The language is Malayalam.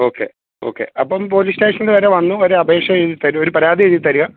ഓക്കെ ഓക്കെ അപ്പം പോലിസ് സ്റ്റേഷനി വരെ വന്ന് ഒരു അപേക്ഷ എഴുതി തരുക ഒരു പരാതി എഴുതി തരുക